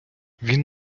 він